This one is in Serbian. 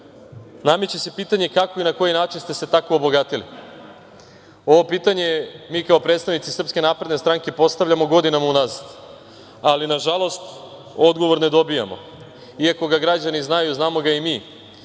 nameće se pitanje kako i na koji način ste se tako obogatili. Ovo pitanje, mi kao predstavnici SNS postavljamo godinama unazad, ali nažalost odgovor ne dobijamo, iako ga građani znaju, a znamo ga i mi,